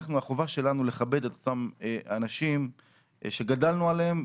החובה שלנו היא לכבד את אותם אנשים שגדלנו עליהם,